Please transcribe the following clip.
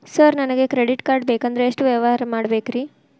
Sir ನನಗೆ credit card ಬೇಕಂದ್ರೆ ಎಷ್ಟು ವ್ಯವಹಾರ ಮಾಡಬೇಕ್ರಿ?